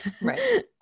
Right